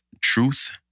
truth